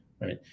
right